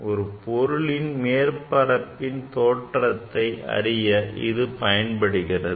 இது பொருளின் மேற்பரப்பை தோற்றத்தை அறிய பயன்படுகிறது